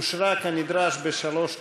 אושרה כנדרש בשלוש קריאות.